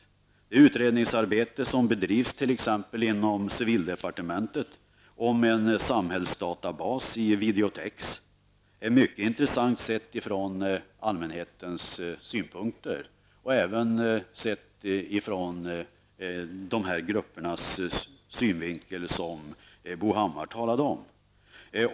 Det utredningsarbete som bedrivs t.ex. inom civildepartementet beträffande en samhällsdatabas i videotex är mycket intressant från allmänhetens synpunkt men även ur de gruppers synvinkel som Bo Hammar talade om.